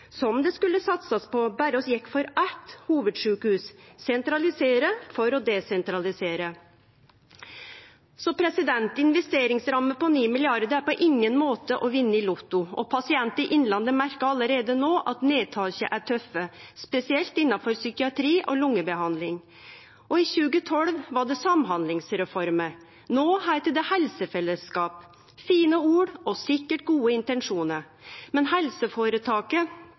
berre vi gjekk for eitt hovudsjukehus – sentralisere for å desentralisere. Investeringsramma på 9 mrd. kr er på ingen måte å vinne i Lotto, og pasientar i Innlandet merkar allereie no at nedtaka er tøffe, spesielt innanfor psykiatri og lungebehandling. I 2012 var det samhandlingsreforma. No heiter det helsefellesskap. Det er fine ord og sikkert gode intensjonar, men